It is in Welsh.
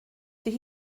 dydy